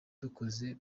dukoze